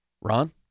Ron